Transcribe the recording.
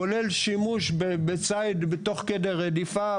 כולל שימוש בציד תוך כדי רדיפה,